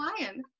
Lion